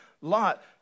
Lot